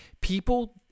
People